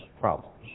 problems